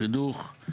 חינוך,